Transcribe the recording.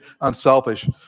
unselfish